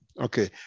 Okay